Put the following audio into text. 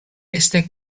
este